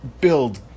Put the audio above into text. build